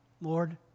Lord